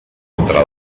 entre